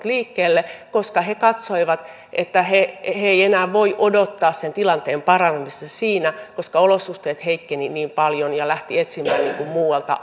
liikkeelle koska he katsoivat että he eivät enää voi odottaa sen tilanteen paranemista koska olosuhteet heikkenivät niin paljon ja he lähtivät etsimään muualta